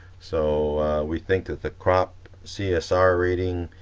so we think that the crop csr reading,